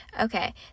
Okay